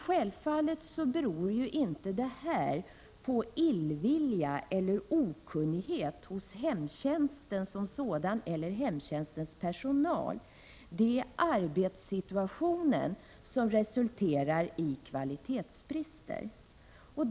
Självfallet beror inte detta på illvilja eller okunnighet hos hemtjänsten som sådan eller dess personal. Det är arbetssituationen som resulterar i kvalitetsbrister.